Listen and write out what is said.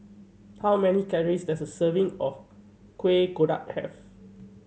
how many calories does a serving of Kuih Kodok have